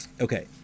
Okay